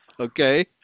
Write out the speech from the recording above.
Okay